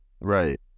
Right